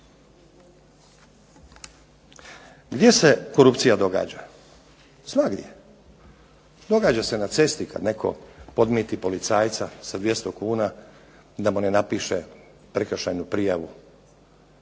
Gdje se korupcija događa? Svagdje. Događa se na cesti kad netko podmiti policajca sa 200 kuna da mu ne napiše prekršajnu prijavu